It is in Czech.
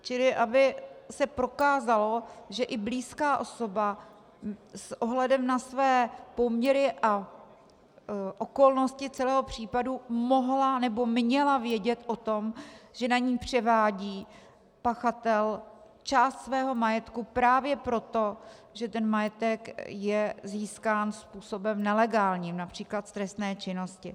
Čili aby se prokázalo, že i blízká osoba s ohledem na své poměry a okolnosti celého případu mohla nebo měla vědět o tom, že na ni převádí pachatel část svého majetku právě proto, že ten majetek je získán způsobem nelegálním, například z trestné činnosti.